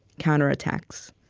counterattacks.